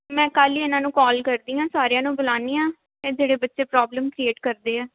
ਮੈਂ ਕੱਲ੍ਹ ਹੀ ਇਹਹੀ ਨੂੰ ਕੋਲ ਕਰਦੀ ਹਾਂ ਸਾਰਿਆਂ ਨੂੰ ਬੁਲਾਉਂਦੀ ਹਾਂ ਅਤੇ ਜਿਹੜੇ ਬੱਚੇ ਪ੍ਰੋਬਲਮ ਕ੍ਰੀਏਟ ਕਰਦੇ ਆ